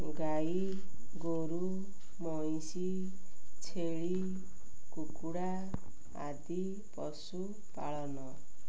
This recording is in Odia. ଗାଈଗୋରୁ ମଇଁଷି ଛେଳି କୁକୁଡ଼ା ଆଦି ପଶୁପାଳନ